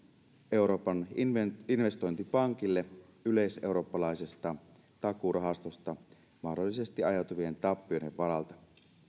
euroopan investointipankille yleiseurooppalaisesta takuurahastosta mahdollisesti aiheutuvien tappioiden varalta